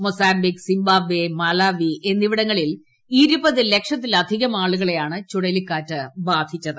Mozambique Zimbabwe Malawi എന്നിവിടങ്ങളിൽ ഇരുപത് ലക്ഷത്തിലധികം ആളുകളെ യാണ് ചുഴലിക്കാറ്റ് ബാധിച്ചത്